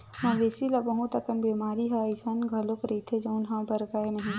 मवेशी ल बहुत अकन बेमारी ह अइसन घलो रहिथे जउन ह बगरय नहिं